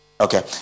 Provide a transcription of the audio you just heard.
Okay